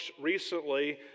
recently